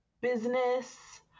business